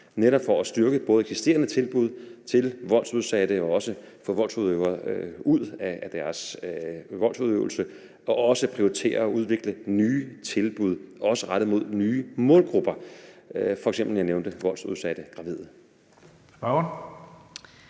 netop for at styrke eksisterende tilbud til voldsudsatte, få voldsudøvere ud af deres voldsudøvelse og også prioritere og udvikle nye tilbud også rettet mod nye målgrupper. Jeg nævnte f.eks. voldsudsatte gravide.